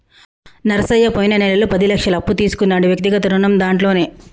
నరసయ్య పోయిన నెలలో పది లక్షల అప్పు తీసుకున్నాడు వ్యక్తిగత రుణం దాంట్లోనే